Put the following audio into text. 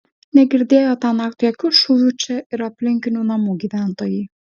negirdėjo tąnakt jokių šūvių čia ir aplinkinių namų gyventojai